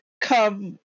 come